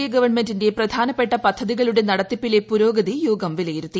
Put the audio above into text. A ഗവൺമെന്റിന്റെ പ്രധാനപ്പെട്ട പദ്ധതികളുടെ നടത്തിപ്പിലെ പുരോഗതി യോഗം വിലയിരുത്തി